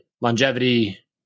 longevity